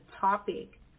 topic